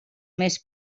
més